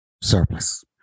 surplus